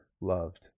loved